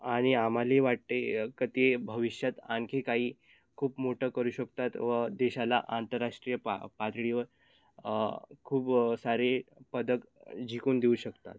आणि आम्हालाही वाटते का ते भविष्यात आणखी काही खूप मोठं करू शकतात व देशाला आंतरराष्ट्रीय पा पातळीवर खूप सारे पदक जिंकून देऊ शकतात